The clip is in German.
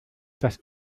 das